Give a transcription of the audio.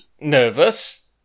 nervous